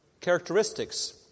characteristics